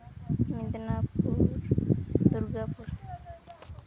Medinipur Durgapur